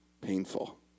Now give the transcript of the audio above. painful